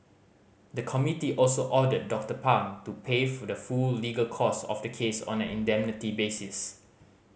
the committee also ordered Doctor Pang to pay full the full legal cost of the case on an indemnity basis